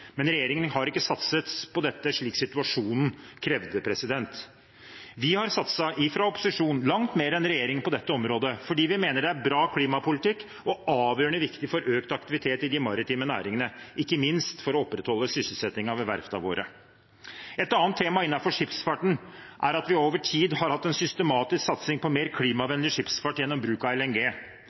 Men regjeringen har ikke satset på dette, slik situasjonen krevde. Vi har satset – fra opposisjon – langt mer enn regjeringen på dette området, fordi vi mener det er bra klimapolitikk og avgjørende viktig for økt aktivitet i de maritime næringene, ikke minst for å opprettholde sysselsettingen ved verftene våre. Et annet tema innenfor skipsfarten er at vi over tid har hatt en systematisk satsing på mer klimavennlig skipsfart gjennom bruk av LNG.